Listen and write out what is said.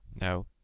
No